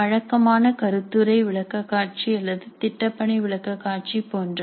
வழக்கமான கருத்துரை விளக்கக்காட்சி அல்லது திட்டப்பணி விளக்கக்காட்சி போன்றவை